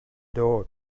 door